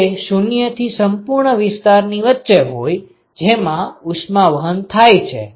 તે 0 થી સંપૂર્ણ વિસ્તારની વચ્ચે હોય જેમાં ઉષ્મા વહન થાય છે